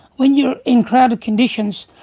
when you're in crowded conditions,